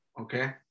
okay